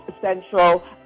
Central